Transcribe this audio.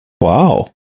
Wow